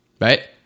right